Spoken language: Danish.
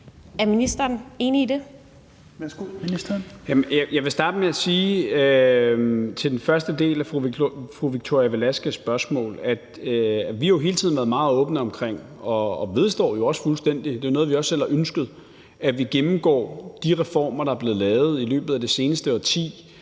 (Peter Hummelgaard): Jeg vil starte med at sige til den første del af fru Victoria Velasquez' spørgsmål, at vi jo hele tiden har været meget åbne omkring og også fuldstændig vedstår – det er jo noget, vi også selv har ønsket – at vi gennemgår de reformer, der er blevet lavet i løbet af det seneste årti,